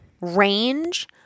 range